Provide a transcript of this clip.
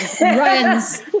runs